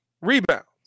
rebounds